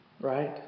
Right